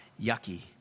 yucky